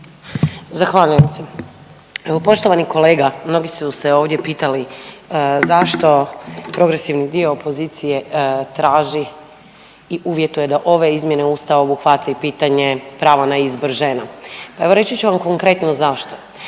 Zahvaljujem se. Evo poštovani kolega, mnogi su se ovdje pitali zašto progresivni dio opozicije traži i uvjetuje da ove izmjene Ustava obuhvate i pitanje pravo na izbor žena. Pa evo reći ću vam konkretno zašto.